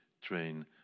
train